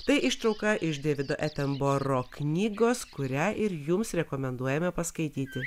tai ištrauka iš deivido etemboro knygos kurią ir jums rekomenduojame paskaityti